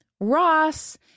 Ross